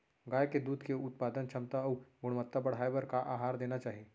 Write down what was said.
गाय के दूध के उत्पादन क्षमता अऊ गुणवत्ता बढ़ाये बर का आहार देना चाही?